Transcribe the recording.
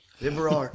Liberal